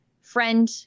friend